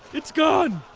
it's gone,